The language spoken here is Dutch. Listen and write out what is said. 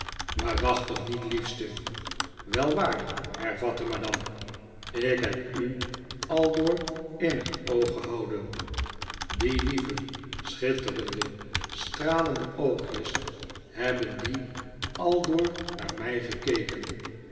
waarachtig niet liefste wel waar hervatte madame ik heb u aldoor in het oog gehouden die lieve schitterende stralende oogjes hebben die aldoor naar mij gekeken